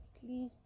please